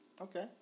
Okay